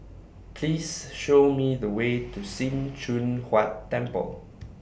Please Show Me The Way to SIM Choon Huat Temple